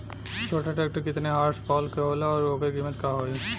छोटा ट्रेक्टर केतने हॉर्सपावर के होला और ओकर कीमत का होई?